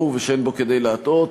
וברור ושאין בו כדי להטעות.